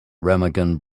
remagen